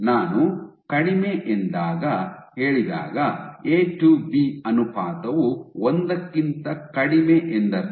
ನಾನು ಕಡಿಮೆ ಎಂದು ಹೇಳಿದಾಗ ಎ ಟು ಬಿ ಅನುಪಾತವು ಒಂದಕ್ಕಿಂತ ಕಡಿಮೆ ಎಂದರ್ಥ